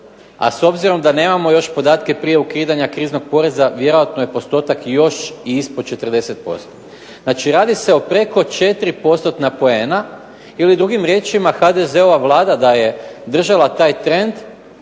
a s obzirom da nemamo još podatke prije ukidanja kriznog poreza vjerojatno je postotak još ispod 40%. Znači radi se o preko 4%-tna poena ili drugim riječima HDZ-ova Vlada da je držala taj trend